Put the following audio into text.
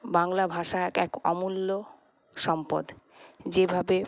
বাংলা ভাষা এক এক অমূল্য সম্পদ যেভাবে